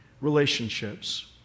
relationships